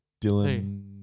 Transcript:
Dylan